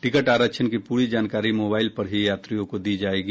ticket आरक्षण की पूरी जानकारी मोबाईल पर ही यात्रियों को दी जायेगी